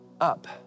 up